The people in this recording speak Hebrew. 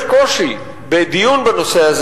יש קושי בדיון בנושא הזה,